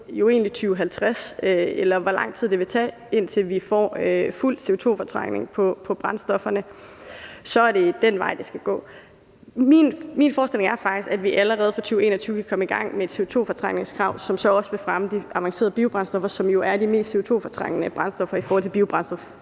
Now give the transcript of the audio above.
frem mod 2050 – eller hvor lang tid det vil tage, indtil vi får fuld CO2-fortrængning på brændstofferne – så er det den vej, det skal gå. Men min forestilling er faktisk, at vi allerede fra 2021 kan komme i gang med at sætte et CO2-fortrængningskrav, som så også vil fremme de avancerede biobrændstoffer, som jo er de mest CO2-fortrængende brændstoffer i forhold til biobrændstofhierarkiet.